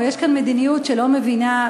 או יש כאן מדיניות שלא מבינה,